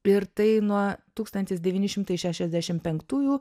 ir tai nuo tūkstantis devyni šimtai šešiasdešim penktųjų